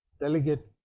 delegate